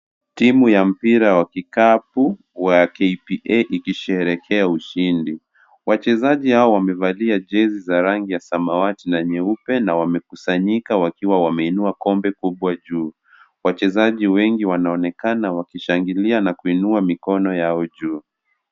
Timu ya mpira wa kikapu wa KPA ikisherehekea ushindi, wachezaji hao wamevalia jezi za rangi ya samawati na nyeupe na wamekusanyika wakiwa wameinua kombe kubwa juu, wachezaji wengi wanaonekana wakishangilia na kuinua mikono yao juu.